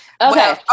Okay